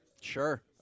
Sure